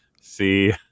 see